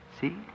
See